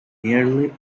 nearly